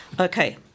Okay